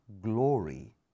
glory